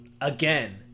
again